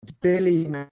Billy